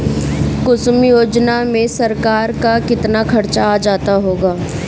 कुसुम योजना में सरकार का कितना खर्चा आ जाता होगा